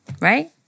right